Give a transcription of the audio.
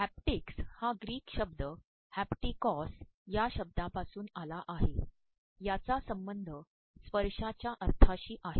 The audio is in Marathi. हॅप्टिक्स हा ग्रीक शब्द हॅप्टिकॉस या शब्दापासून आला आहे याचा संबंध स्त्पशायच्या अर्ायशी आहे